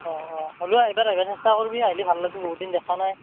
অঁ অঁ হ'লিও এইবাৰ আইভা চেষ্টা কৰিবি আহিলে ভাল লাগবু বহুত দিন দেখা নাই